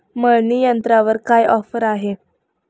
मळणी यंत्रावर काय ऑफर आहे?